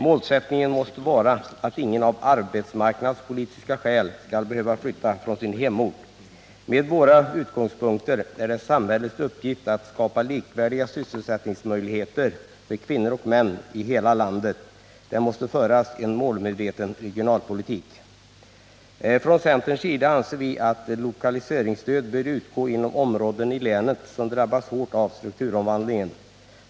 Målsättningen måste vara att ingen av arbetsmarknadspolitiska skäl skall behöva flytta från sin hemort. Med våra utgångspunkter är det samhällets uppgift att i hela landet skapa likvärdiga sysselsättningsmöjligheter för kvinnor och män. Det måste föras en målmedveten regionalpolitik. Från centerns sida anser vi att lokaliseringsstöd bör utgå till områden i länet som drabbas hårt av strukturomvandlingen.